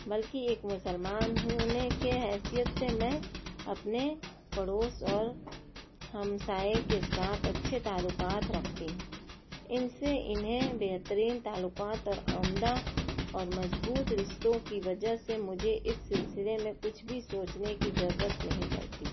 بلکہ ایک مسلمان ہونے کی حیثیت سے میں اپنے پڑوس اور ہم سائے کے ساتھ اچھے تعلقات رکھتی ہوں ان سے انہیں بہترین تعلقات اور عمدہ اور مضبوط رشتوں کی وجہ سے مجھے اس سلسلے میں کچھ بھی سوچنے کی ضرورت نہیں پڑتی